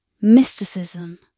mysticism